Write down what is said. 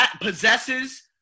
possesses